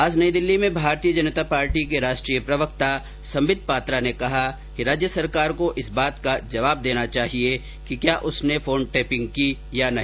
आज नई दिल्ली में भारतीय जनता पार्टी के राष्ट्रीय प्रवक्ता संबित पात्रा ने कहा कि राज्य सरकार को इस बात का जवाब देना चाहिए कि क्या उसने फोन टेपिंग की या नहीं